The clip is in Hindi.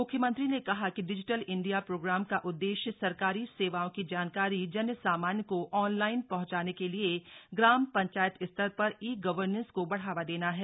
मुख्यमंत्री ने कहा कि डिजिटल इंडिया प्रोग्राम का उददेश्य सरकारी सेवाओं की जानकारी जन सामान्य को ऑनलाईन पहुंचाने के लिए ग्राम पंचायत स्तर पर ई गवर्नेस को बढ़ावा देना है